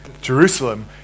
Jerusalem